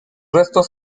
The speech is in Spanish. restos